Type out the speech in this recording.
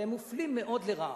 והם מופלים מאוד לרעה.